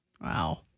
Wow